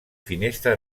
finestra